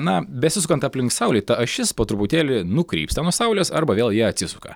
na besisukant aplink saulę ta ašis po truputėlį nukrypsta nuo saulės arba vėl į ją atsisuka